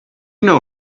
know